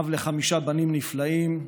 אב לחמישה בנים נפלאים,